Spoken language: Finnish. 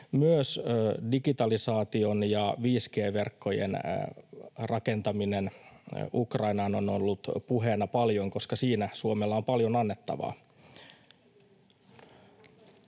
Myös digitalisaation ja 5G-verkkojen rakentaminen Ukrainaan on ollut puheena paljon, koska siinä Suomella on paljon annettavaa.